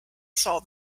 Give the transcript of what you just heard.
saw